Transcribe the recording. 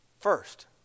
first